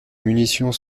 munitions